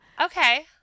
Okay